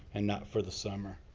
and not for the summer.